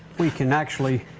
we can actually